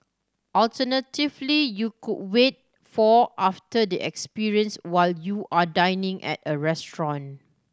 alternatively you could wait for after the experience while you are dining at a restaurant